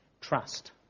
trust